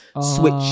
switch